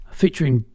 featuring